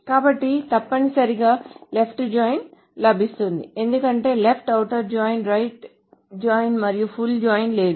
కాబట్టి తప్పనిసరిగా left join లభిస్తుంది ఎందుకంటే left outer join right join మరియు ఫుల్ జాయిన్ లేదు